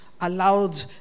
allowed